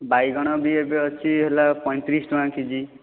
ବାଇଗଣ ବି ଏବେ ଅଛି ହେଲା ପଇଁତିରିଶ ଟଙ୍କା କେଜି